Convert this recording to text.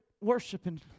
worshiping